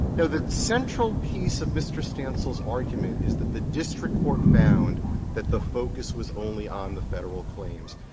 yeah the central piece of mr. stancil's argument is that the district court found that the focus was only on the federal claims.